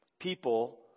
people